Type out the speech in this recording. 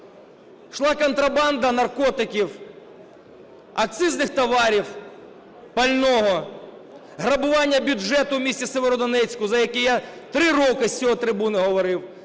йшла контрабанда наркотиків, акцизних товарів, пального, грабування бюджету в місті Сєвєродонецьку, за яке я 3 роки з цієї трибуни говорив,